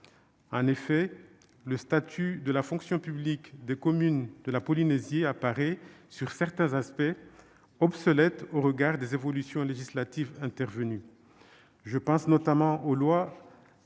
En effet, le statut de la fonction publique des communes de la Polynésie apparaît, sur certains aspects, obsolète au regard des dernières évolutions législatives, notamment